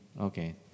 Okay